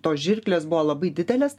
tos žirklės buvo labai didelės